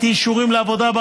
לא בדקתי היסטוריה.